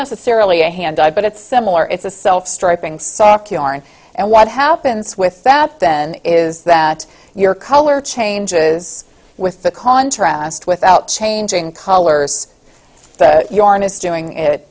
necessarily a hand but it's similar it's a self striping soft yarn and what happens with that then is that your color changes with the contrast without changing colors yarn is doing it